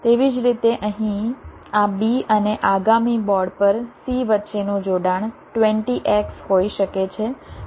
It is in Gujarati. તેવી જ રીતે અહીં આ B અને આગામી બોર્ડ પર C વચ્ચેનું જોડાણ 20X હોઈ શકે છે